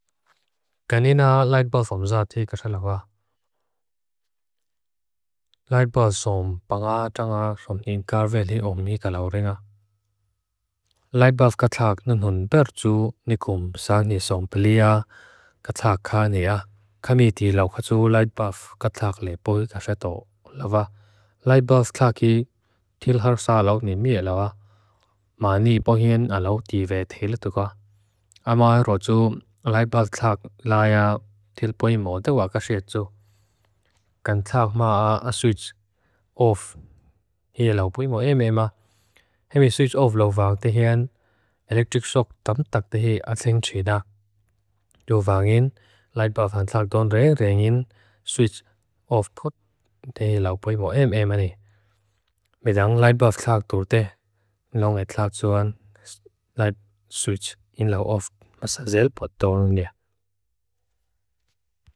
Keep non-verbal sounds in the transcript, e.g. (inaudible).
(hesitation) Kanina lightbulb famzati katsa lawa. (hesitation) Lightbulb som pangatangak som inkarveli omikalaurenga. (hesitation) Lightbulb katsak nunhun bertsu nikum sani som pelia katsak kanea. Kamiti lau katsu lightbulb katsak lepo tafeto lawa. Lightbulb katsaki tilharsa lok nimie lawa. Maani bohien alok tivethele tukwa. (hesitation) Amaa roju lightbulb katsak laya tilpui mo tewa katsietu. (hesitation) Kansak maa switch off hii laupui mo emema. (hesitation) Hemi switch off lovang tehien elektrik sok tam tak tehie atsing chida. (hesitation) Lovangin lightbulb katsak tunre rengin switch off put tehie laupui mo emema ni. Medang lightbulb katsak turte long e katsuan (hesitation) light (hesitation) switch in law off masazel put torun dia. (hesitation)